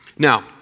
Now